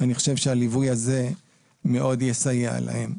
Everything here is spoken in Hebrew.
ואני חושב שהליווי הזה מאוד יסייע להם.